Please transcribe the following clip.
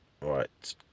right